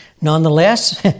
Nonetheless